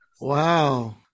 Wow